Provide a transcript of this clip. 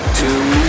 two